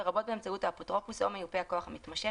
לרבות באמצעות האפוטרופוס או מיופה הכוח המתמשך,